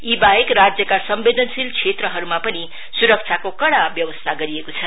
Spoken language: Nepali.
यीवाहेक राज्यका सम्वेदनशील क्षेत्रहरुमा पनि सुरक्षाको कड़ा उपाय गरिएको छ